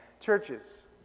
churches